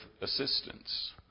assistance